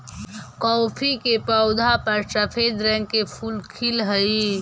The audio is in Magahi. कॉफी के पौधा पर सफेद रंग के फूल खिलऽ हई